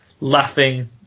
laughing